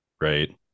Right